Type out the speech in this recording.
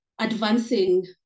advancing